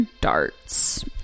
darts